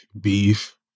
beef